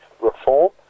reform